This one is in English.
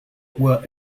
were